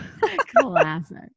Classic